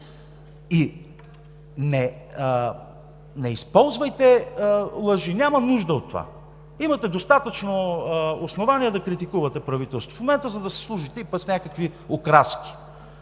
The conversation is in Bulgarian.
Не използвайте лъжи, няма нужда от това. Имате достатъчно основания да критикувате правителството в момента, за да си служите пък и с някакви окраски